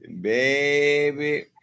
Baby